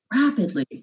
rapidly